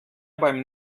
beim